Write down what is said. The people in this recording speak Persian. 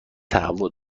تهوع